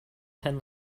ten